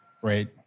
Great